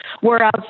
Whereas